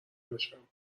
بشم